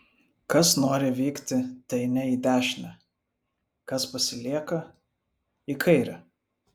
kas nori vykti teeinie į dešinę kas pasilieka į kairę